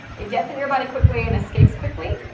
it gets in your body quickly and escapes quickly.